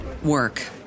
work